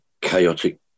chaotic